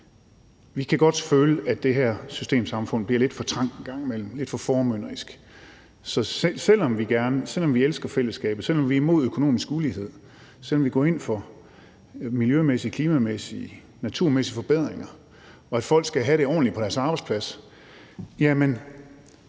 Vi kan godt føle, at det her systemsamfund bliver lidt for trangt en gang imellem, lidt for formynderisk. Så selv om vi elsker fællesskabet, selv om vi er imod økonomisk ulighed, selv om vi går ind for miljømæssige og klimamæssige og naturmæssige forbedringer, og at folk skal have det ordentligt på deres arbejdsplads, jamen